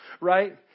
right